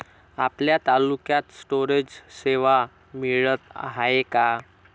आपल्या तालुक्यात स्टोरेज सेवा मिळत हाये का?